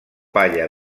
palla